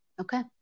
Okay